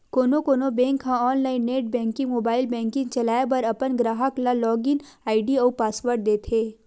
कोनो कोनो बेंक ह online net banking, mobile banking चलाए बर अपन गराहक ल लॉगिन आईडी अउ पासवर्ड देथे